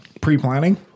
pre-planning